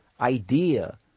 idea